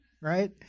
right